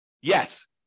Yes